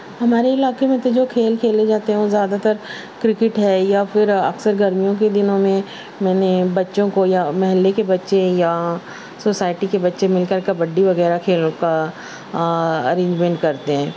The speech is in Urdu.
ہمارے علاقے میں تو جو کھیل کھیلے جاتے ہیں وہ زیادہ تر کرکٹ ہے یا پھر اکثر گرمیوں کے دنوں میں میں نے بچوں کو یا محلے کے بچے یا سوسائٹی کے بچے مل کر کبڈی وغیرہ کھیلوں کا اریجمنٹ کرتے ہیں